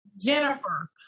Jennifer